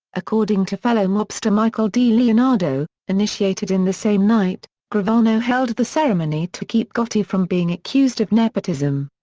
according to fellow mobster michael dileonardo, initiated in the same night, gravano held the ceremony to keep gotti from being accused of nepotism.